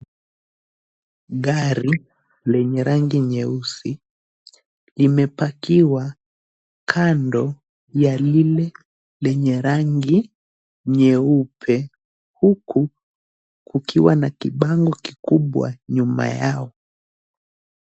Gari lenye rangi nyeusi , limepakiwa kando ya lile lenye rangi nyeupe, huku kukiwa na kibango kikubwa nyuma yao.